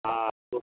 ہاں تو